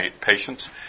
patients